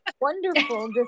wonderful